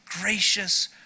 Gracious